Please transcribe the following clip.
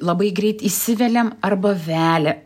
labai greit įsiveliam arba velia